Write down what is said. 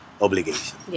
obligation